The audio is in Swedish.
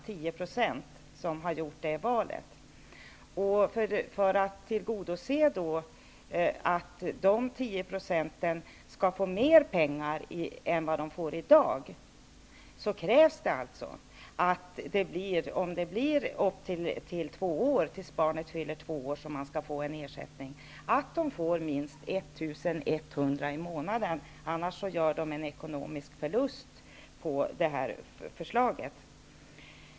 För att garantera att dessa 10 % skall få mer pengar än vad de får i dag krävs alltså -- om det nu blir så att man får ersättning tills barnet har fyllt två år -- att dessa föräldrar får minst 1 100 kr. i månaden. Annars gör de en ekonomisk förlust enligt förslaget.